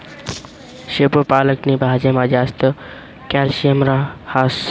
शेपू पालक नी भाजीमा जास्त कॅल्शियम हास